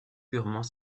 purement